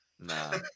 Nah